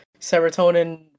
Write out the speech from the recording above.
serotonin